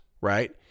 right